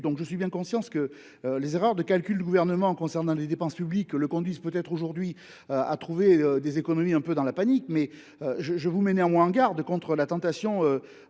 Je suis bien conscient que les erreurs de calcul du Gouvernement concernant les dépenses publiques le conduisent aujourd’hui à trouver des économies dans la panique… Je vous mets néanmoins en garde contre la tentation